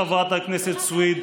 חברת הכנסת סויד,